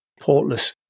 portless